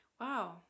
Wow